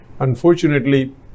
Unfortunately